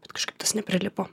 bet kažkaip tas neprilipo